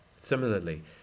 Similarly